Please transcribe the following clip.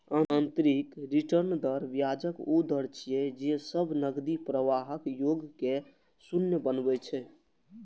आंतरिक रिटर्न दर ब्याजक ऊ दर छियै, जे सब नकदी प्रवाहक योग कें शून्य बनबै छै